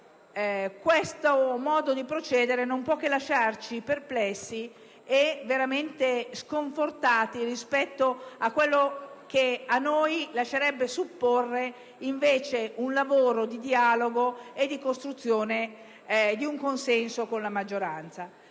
un modo di procedere che non può che lasciarci perplessi e veramente sconfortati rispetto a quello che ci lasciava supporre un lavoro di dialogo e di costruzione di un consenso con la maggioranza.